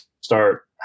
start